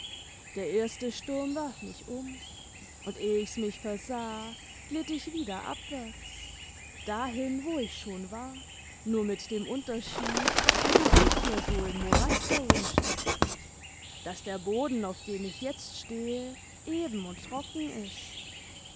der erste sturm warf mich um und eh ich's mich versah glitt ich wieder abwärts dahin wo ich schon war nur mit dem unterschied daß ich nicht mehr so im morast herumstapfe daß der boden auf dem ich jetzt stehe eben und trocken ist